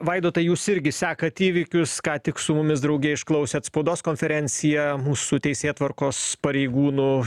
vaidotai jūs irgi sekat įvykius ką tik su mumis drauge išklausėt spaudos konferenciją mūsų teisėtvarkos pareigūnų